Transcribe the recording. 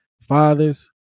fathers